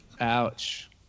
Ouch